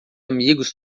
amigos